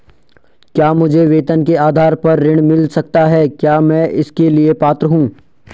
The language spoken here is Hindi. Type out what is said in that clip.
क्या मुझे वेतन के आधार पर ऋण मिल सकता है क्या मैं इसके लिए पात्र हूँ?